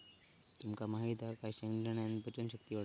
तुमका माहित हा काय शेंगदाण्यान पचन शक्ती वाढता